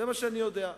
זה מה שאני יודע.